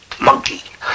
monkey